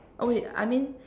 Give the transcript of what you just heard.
oh wait I mean